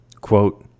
Quote